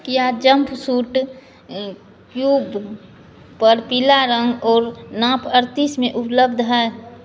क्या jumpsuit cube पर पीला रंग और नाप अड़तीस में उपलब्ध है